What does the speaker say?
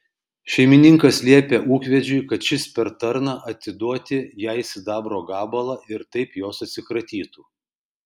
šeimininkas liepia ūkvedžiui kad šis per tarną atiduoti jai sidabro gabalą ir taip jos atsikratytų